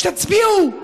כשתצביעו,